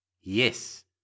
Yes